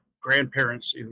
grandparents